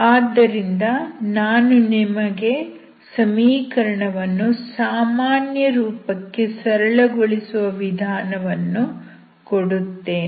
ಆದ್ದರಿಂದ ನಾನು ನಿಮಗೆ ಸಮೀಕರಣವನ್ನು ಸಾಮಾನ್ಯ ರೂಪಕ್ಕೆ ಸರಳಗೊಳಿಸುವ ವಿಧಾನವನ್ನು ಕೊಡುತ್ತೇನೆ